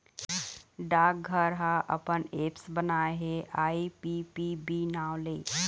डाकघर ह अपन ऐप्स बनाए हे आई.पी.पी.बी नांव ले